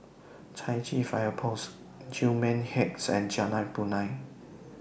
Chai Chee Fire Post Gillman Heights and Jalan Punai